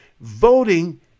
Voting